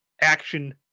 action